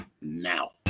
now